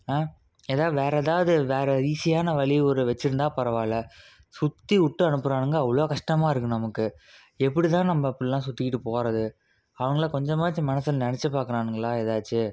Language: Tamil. எதா வேறு எதாவது வேறு ஈஸியான வழி ஒரு வச்சிருந்தால் பரவாயில்ல சுற்றிவுட்டு அனுப்புறானுங்க அவ்வளோ கஷ்டமாக இருக்கு நமக்கு எப்படிதான் நம்ப இப்படிலாம் சுற்றிட்டு போகறது அவனுங்க கொஞ்சமாச்சும் மனசில் நினச்சி பார்க்குறானுங்களா எதாச்சும்